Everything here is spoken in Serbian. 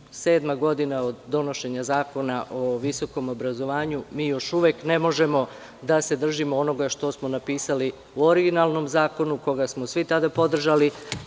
Sedma je godina od donošenja Zakona o visokom obrazovanju, a mi još uvek ne možemo da se držimo onoga što smo napisali u originalnom zakonu, koga smo svi tada podržali.